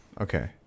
Okay